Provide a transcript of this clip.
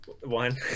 One